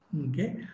okay